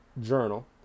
journal